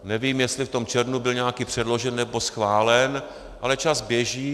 Nevím, jestli v tom červnu byl nějaký předložen nebo schválen, ale čas běží.